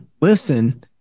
listen